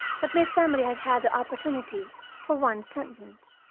but miss emily had had the opportunity for one sentence.